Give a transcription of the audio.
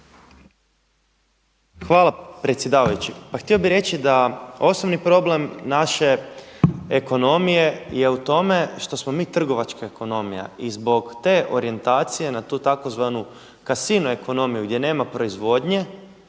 Hvala predsjedavajući. Pa htio bih reći da osnovni problem naše ekonomije je u tome što smo mi trgovačka ekonomija i zbog te orijentacije na tu tzv. kasino ekonomiju gdje nema proizvodnje,